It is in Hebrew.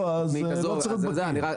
לא צריך להיות בקי.